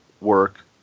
work